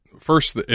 first